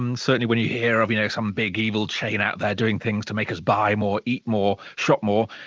um certainly, when you hear of, you know, some big, evil chain out there doing things to make us buy more, eat more, shop more,